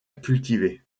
cultiver